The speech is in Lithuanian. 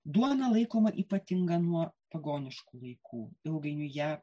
duona laikoma ypatinga nuo pagoniškų laikų ilgainiui ją